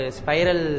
spiral